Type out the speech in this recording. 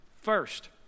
First